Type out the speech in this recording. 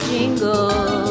Jingle